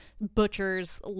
butcher's